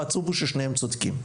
והעצוב הוא ששניהם צודקים.